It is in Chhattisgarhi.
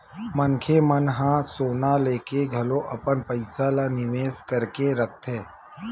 मनखे मन ह सोना लेके घलो अपन पइसा ल निवेस करके रखथे